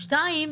שתיים,